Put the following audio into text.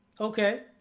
Okay